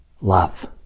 love